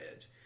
edge